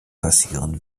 passieren